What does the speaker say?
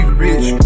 rich